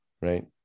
right